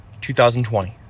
2020